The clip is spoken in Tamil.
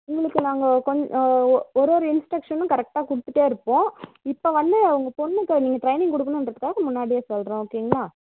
உங்களுக்கு நாங்கள் கொ ஒரு ஒரு இன்ஸ்ட்ரக்ஷனும் கரெக்டாக கொடுத்துட்டே இருப்போம் இப்போ வந்து உங்கள் பெண்ணுக்கு நீங்கள் ட்ரெயினிங் கொடுக்கணுன்றதுக்காக நாங்கள் முன்னாடியே சொல்கிறோம் ஓகேங்களா